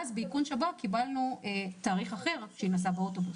ואז באיכון שב"כ קיבלנו תאריך אחרת שבו היא נסעה באוטובוס.